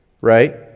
right